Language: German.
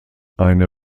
eine